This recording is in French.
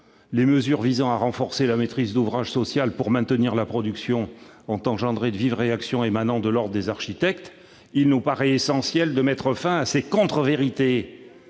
Les mesures visant à renforcer la maîtrise d'ouvrage social pour maintenir la production ont engendré de vives réactions émanant de l'ordre des architectes. Il nous paraît essentiel de mettre fin à ces contrevérités.